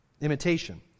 imitation